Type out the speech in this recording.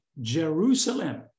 Jerusalem